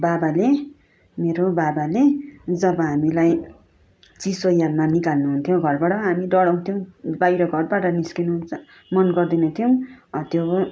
बाबाले मेरो बाबाले जब हामीलाई चिसो याममा निकाल्नुहुन्थ्यो घरबाट हामी डराउँथ्यौँ बाहिर घरबाट निस्किनु मन गर्दैन थियौँ त्यो